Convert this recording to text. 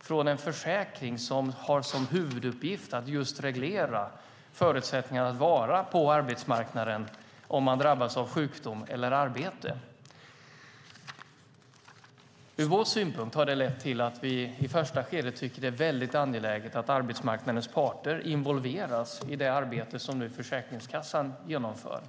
från en försäkring som har som huvuduppgift att reglera förutsättningarna för att vara på arbetsmarknaden om man drabbas av sjukdom eller arbetslöshet. Det har lett till att vi i första skedet tycker att det är väldigt angeläget att arbetsmarknadens parter involveras i det arbete som Försäkringskassan nu genomför.